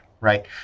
right